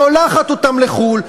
שולחת אותם לחו"ל,